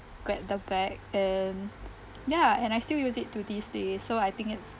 get the bag and ya and I still use it to these days so I think it's